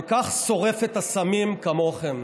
כל כך שורפת אסמים כמוכם.